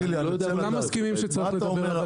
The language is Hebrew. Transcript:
כולם מסכימים שצריך לדבר.